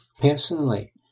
Personally